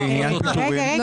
לא